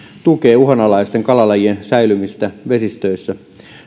tukee uhanalaisten kalalajien säilymistä vesistöissä